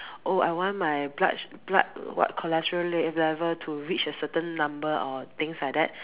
oh I want my blood s~ what cholesterol l~ level to reach a certain number or things like that